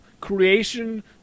creation